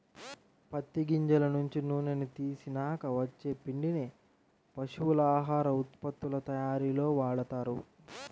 పత్తి గింజల నుంచి నూనెని తీసినాక వచ్చే పిండిని పశువుల ఆహార ఉత్పత్తుల తయ్యారీలో వాడతారు